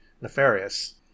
nefarious